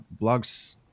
blogs